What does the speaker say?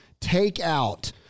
takeout